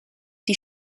die